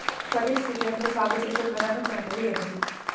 ఖరీఫ్ సీజన్లో సాగుచేసే ప్రధాన పంటలు ఏమిటీ?